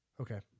Okay